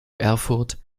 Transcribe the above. erfurt